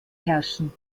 herrschen